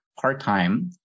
part-time